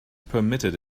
permitted